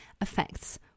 affects